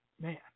Man